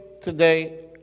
today